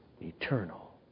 eternal